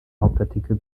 hauptartikel